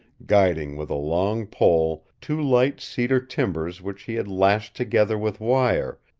guiding with a long pole two light cedar timbers which he had lashed together with wire,